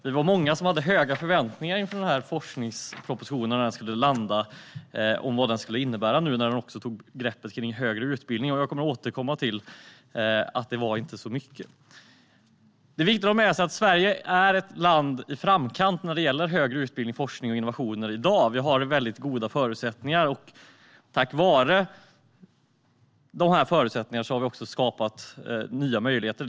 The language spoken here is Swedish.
Vi var många som hade höga förväntningar på vad den här forskningspropositionen skulle innebära, nu när den också tog ett grepp om högre utbildning. Jag kommer att återkomma till att det inte blev så mycket. Det är viktigt att ha med sig att Sverige i dag är ett land i framkant när det gäller högre utbildning, forskning och innovationer. Vi har väldigt goda förutsättningar. Tack vare de här förutsättningarna har vi också skapat nya möjligheter.